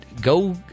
go